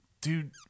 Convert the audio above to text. dude